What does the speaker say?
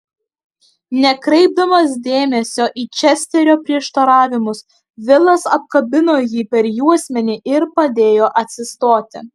nekreipdamas dėmesio į česterio prieštaravimus vilas apkabino jį per juosmenį ir padėjo atsistoti